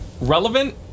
relevant